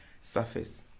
surface